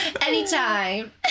Anytime